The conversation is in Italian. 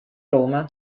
roma